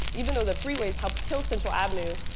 even though the freeways helped kill central avenue,